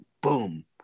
boom